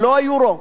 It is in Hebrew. ולא ה"יורו",